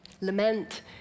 Lament